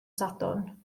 sadwrn